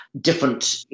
different